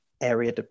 area